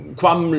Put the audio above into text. quam